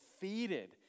defeated